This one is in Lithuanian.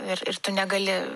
ir ir tu negali